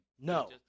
no